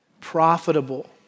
Profitable